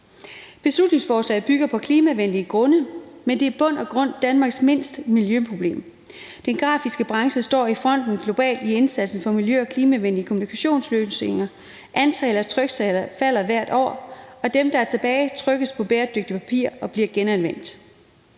Beslutningsforslaget bygger på klimavenlige grunde, men det er i bund og grund Danmarks mindste miljøproblem. Den grafiske branche står i front globalt i indsatsen for miljø- og klimavenlige kommunikationsløsninger. Antallet af tryksager falder hvert år, og dem, der er tilbage, trykkes på bæredygtigt papir, der bliver genanvendt.